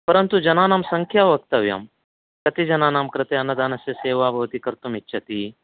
परन्तु जनानां संख्या वक्तव्यं कति जनानां कृते अन्नदानस्य सेवा भवती कर्तुम् इच्छति